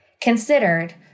considered